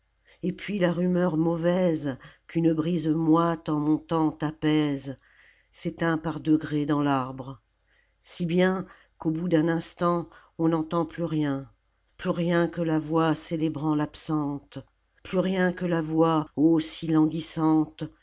et puis la rumeur mauvaise qu'une brise moite en montant apaise s'éteint par degrés dans l'arbre si bien qu'au bout d'un instant on n'entend plus rien plus rien que la voix célébrant l'absente plus rien que la voix